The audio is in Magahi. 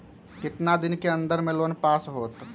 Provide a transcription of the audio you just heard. कितना दिन के अन्दर में लोन पास होत?